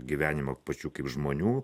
gyvenimą pačių kaip žmonių